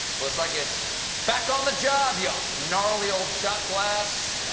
looks like it's back on the job, you gnarly ol' shot glass!